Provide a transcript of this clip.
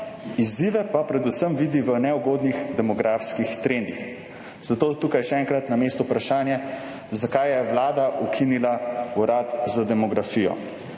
izzive pa vidi predvsem v neugodnih demografskih trendih. Zato je tukaj, še enkrat, na mestu vprašanje, zakaj je vlada ukinila urad za demografijo.